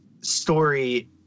story